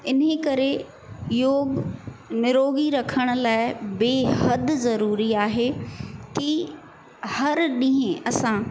इन्हीअ करे योग निरोगी रखण लाइ बेहदु ज़रूरी आहे की हर ॾींहं असां